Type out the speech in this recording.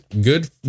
good